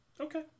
okay